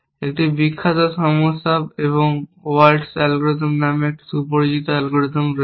একটি বিখ্যাত সমস্যা এবং ওয়াল্টজ অ্যালগরিদম নামে একটি সুপরিচিত অ্যালগরিদম রয়েছে